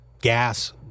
Gas